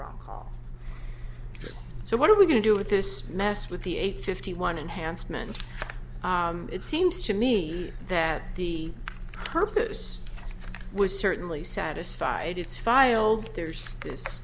wrong call so what are we going to do with this mess with the eight fifty one and handsome and it seems to me that the purpose was certainly satisfied it's filed there's this